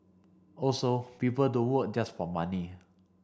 also people don't work just for money